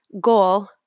goal